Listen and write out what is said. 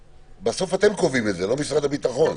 בסוף אתם קובעים את זה, לא משרד הביטחון.